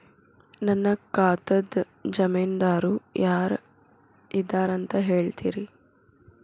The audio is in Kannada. ನನ್ನ ಖಾತಾದ್ದ ಜಾಮೇನದಾರು ಯಾರ ಇದಾರಂತ್ ಹೇಳ್ತೇರಿ?